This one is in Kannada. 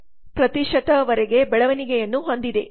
0 ವರೆಗೆ ಬೆಳವಣಿಗೆಯನ್ನು ಹೊಂದಿದೆ